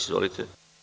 Izvolite.